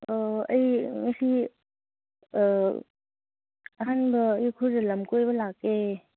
ꯑꯣ ꯑꯩ ꯉꯁꯤ ꯑꯍꯥꯟꯕ ꯎꯈ꯭ꯔꯨꯜꯗ ꯂꯝ ꯀꯣꯏꯕ ꯂꯥꯛꯀꯦ